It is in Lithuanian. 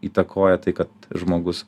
įtakoja tai kad žmogus